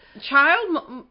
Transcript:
Child